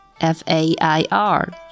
F-A-I-R